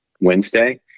wednesday